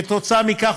כתוצאה מכך,